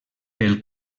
pel